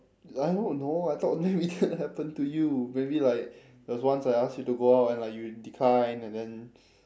I don't know I thought maybe shit happened to you maybe like there was once I asked you to go out and like you declined and then